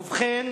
ובכן,